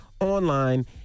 online